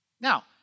Now